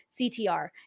CTR